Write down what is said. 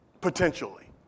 potentially